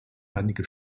einige